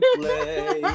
play